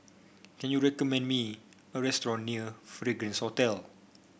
can you recommend me a restaurant near Fragrance Hotel